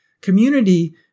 community